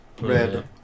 Red